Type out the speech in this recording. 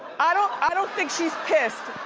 i don't i don't think she's pissed.